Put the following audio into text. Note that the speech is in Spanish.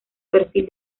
perfil